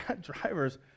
drivers